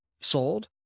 sold